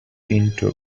into